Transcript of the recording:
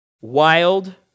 Wild